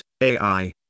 AI